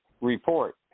report